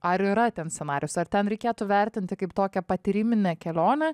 ar yra ten scenarijus ar ten reikėtų vertinti kaip tokią patyriminę kelionę